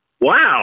wow